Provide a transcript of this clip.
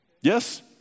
Yes